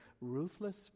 ruthless